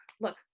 look